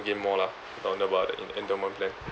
again more lah talking about it in endowment plan